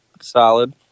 solid